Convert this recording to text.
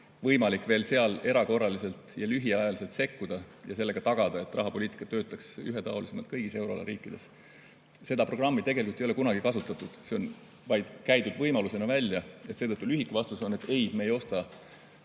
võimalik erakorraliselt ja lühiajaliselt sekkuda ja sellega tagada, et rahapoliitika ülekanne töötaks ühetaolisemalt kõigis euroala riikides. Seda programmi tegelikult ei ole kunagi kasutatud, see on vaid võimalusena välja käidud. Seetõttu lühike vastus on, et ei, me ei osta